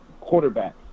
quarterback